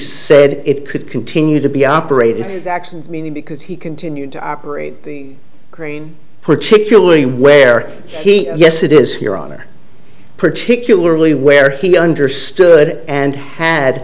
said it could continue to be operated his actions meaning because he continued to operate the crane particularly where he yes it is your honor particularly where he understood it and had